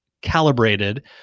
calibrated